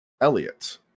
Elliot